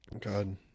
God